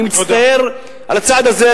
אני מצטער על הצעד הזה,